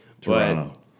Toronto